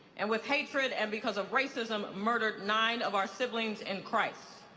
and with hatred and because of racism, murdered nine of our siblings in christ.